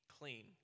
clean